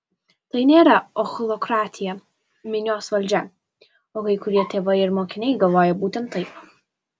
tai nėra ochlokratija minios valdžia o kai kurie tėvai ir mokiniai galvoja būtent taip